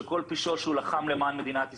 שכל פשעו שהוא לחם למען מדינת ישראל,